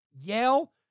Yale